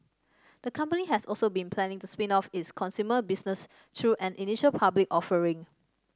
the company has also been planning to spin off its consumer business through an initial public offering